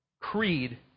creed